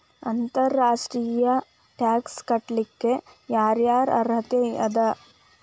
ಅಂತರ್ ರಾಷ್ಟ್ರೇಯ ಟ್ಯಾಕ್ಸ್ ಕಟ್ಲಿಕ್ಕೆ ಯರ್ ಯಾರಿಗ್ ಅರ್ಹತೆ ಅದ?